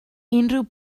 unrhyw